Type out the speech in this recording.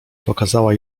pokazała